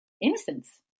innocence